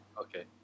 okay